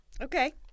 Okay